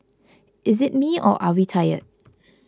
is it me or are we tired